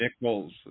nickels